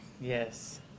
Yes